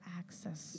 access